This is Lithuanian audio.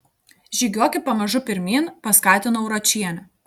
žygiuoki pamažu pirmyn paskatinau ročienę